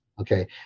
Okay